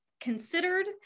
considered